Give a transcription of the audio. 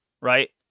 right